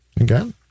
Okay